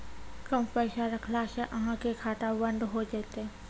कम पैसा रखला से अहाँ के खाता बंद हो जैतै?